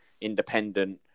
independent